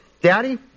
Daddy